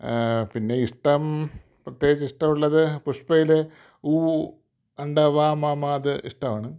പിന്നെ ഇഷ്ടം പ്രത്യേകിച്ച് ഇഷ്ടം ഉള്ളത് പുഷ്പയിലെ ഊ അണ്ടവ മാമാ അത് ഇഷ്ടമാണ്